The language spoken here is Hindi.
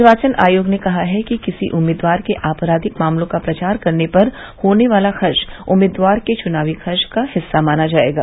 निर्वाचन आयोग ने कहा है कि किसी उम्मीदवार के आपराधिक मामलों का प्रचार करने पर होने वाला खर्च उम्मीदवार के चुनावी खर्च का हिस्सा माना जाएगा